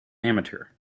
amateur